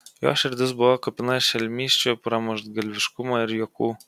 jo širdis buvo kupina šelmysčių pramuštgalviškumo ir juokų